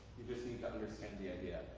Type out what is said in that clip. you just need to understand the idea.